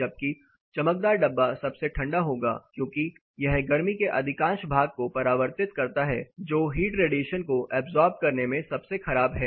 जबकि चमकदार डब्बा सबसे ठंडा होगा क्योंकि यह गर्मी के अधिकांश भाग को परावर्तित करता है जो हीट रेडिएशन को ऐब्सॉर्ब करने में सबसे खराब है